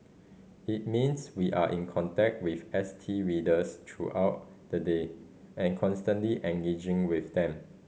it means we are in contact with S T readers throughout the day and constantly engaging with them